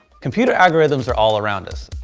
computer algorithms are all around us.